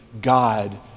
God